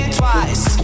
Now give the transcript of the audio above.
twice